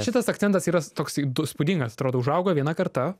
šitas akcentas yra s toks d įspūdingas atrodo užaugo viena karta